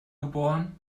geboren